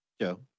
Joe